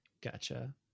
Gotcha